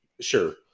Sure